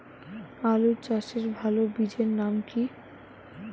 আলু চাষের ভালো বীজের নাম কি?